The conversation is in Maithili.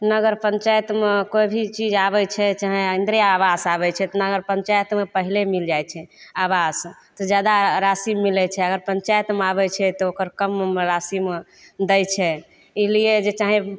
नगर पञ्चाइतमे कोइ भी चीज आबै छै चाहे इन्दिरे आवास आबै छै तऽ नगर पञ्चाइतमे पहले मिलि जाइ छै आवास तऽ जादा राशि मिलै छै अगर पञ्चाइतमे आबै छै तऽ ओकर कम राशिमे दै छै ई लिए जे चाहे